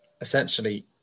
essentially